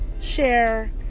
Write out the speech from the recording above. share